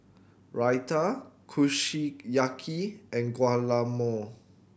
Raita Kushiyaki and Guacamole